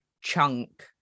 chunk